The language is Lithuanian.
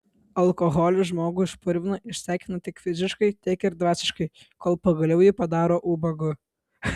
alkoholis žmogų išpurvina išsekina tiek fiziškai tiek ir dvasiškai kol pagaliau jį padaro ubagu